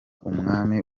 umwami